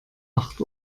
acht